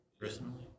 Personally